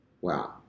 Wow